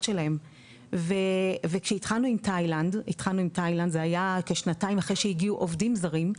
שלהם וכשהתחלנו עם תאילנד זה היה כשנתיים אחרי שהגיעו עובדים זרים,